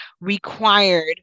required